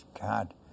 God